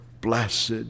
blessed